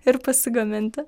ir pasigaminti